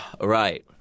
Right